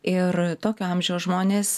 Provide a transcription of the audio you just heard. ir tokio amžiaus žmonės